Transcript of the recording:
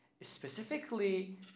specifically